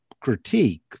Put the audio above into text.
critique